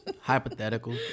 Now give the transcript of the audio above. Hypothetical